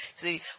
see